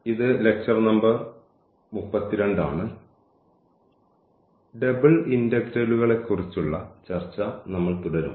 ഇത് lecture number 32 ആണ് double ഇന്റഗ്രലുകളെക്കുറിച്ചുള്ള ചർച്ച നമ്മൾ തുടരും